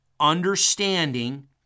understanding